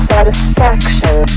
Satisfaction